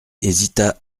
hésita